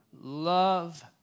Love